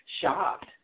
shocked